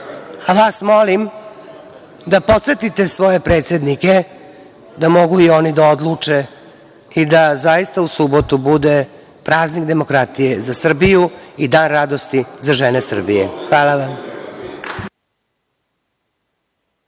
vas molim da podsetite svoje predsednike da mogu i oni da odluče i da zaista u subotu bude praznik demokratije za Srbiju i dan radosti za žene Srbije. Hvala vam.